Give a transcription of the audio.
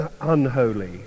unholy